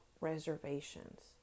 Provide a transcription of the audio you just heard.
reservations